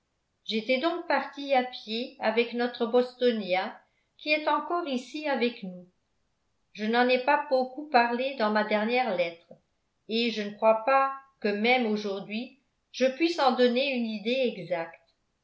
j'étais donc partie à pied avec notre bostonien qui est encore ici avec nous je n'en ai pas beaucoup parlé dans ma dernière lettre et je ne crois pas que même aujourd'hui je puisse en donner une idée exacte